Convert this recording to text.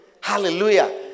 Hallelujah